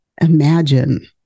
imagine